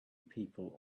people